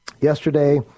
yesterday